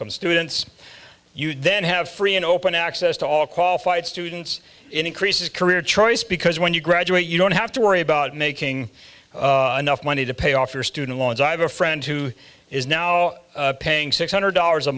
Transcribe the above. term students you then have free and open access to all qualified students increases career choice because when you graduate you don't have to worry about making enough money to pay off your student loans i have a friend who is now paying six hundred dollars a